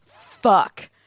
fuck